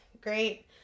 Great